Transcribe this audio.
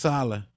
Sala